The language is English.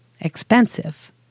expensive